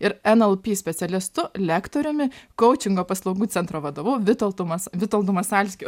ir nlp specialistu lektoriumi kaučingo paslaugų centro vadovu vitautu vitoldu masalskiu